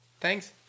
Thanks